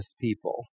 people